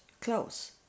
close